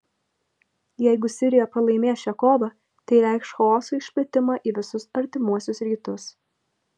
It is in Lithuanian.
jeigu sirija pralaimės šią kovą tai reikš chaoso išplitimą į visus artimuosius rytus